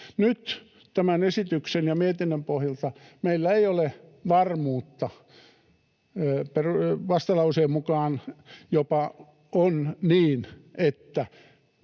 Nyt tämän esityksen ja mietinnön pohjalta meillä ei ole varmuutta asiasta — vastalauseen mukaan on jopa niin, että